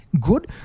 good